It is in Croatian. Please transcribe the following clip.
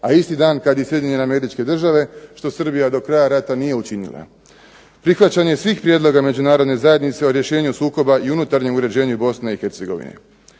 a isti dan kada i Sjedinjene Američke Države, što Srbija do kraja rata nije učinila. Prihvaćanje svih prijedloga Međunarodne zajednice o rješenju sukoba i unutarnjem uređenju Bosne i Hercegovine.